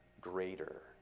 greater